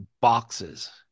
boxes